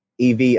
EV